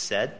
said